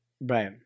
Right